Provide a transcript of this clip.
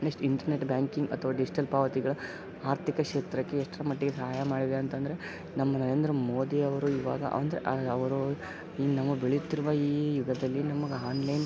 next internet banking ಅಥವಾ digital ಪಾವತಿಗಳ ಆರ್ಥಿಕ ಕ್ಷೇತ್ರಕ್ಕೆ ಎಷ್ಟರ ಮಟ್ಟಿಗೆ ಸಹಾಯ ಮಾಡಿವೆ ಅಂತಂದರೆ ನಮ್ಮ ನರೇಂದ್ರ ಮೋದಿಯವರು ಇವಾಗ ಅಂದರೆ ಅವರು ಈ ನಮ್ಮ ಬೆಳೆಯುತ್ತಿರುವ ಈ ಯುಗದಲ್ಲಿ ನಮಗೆ ಆನ್ಲೈನ್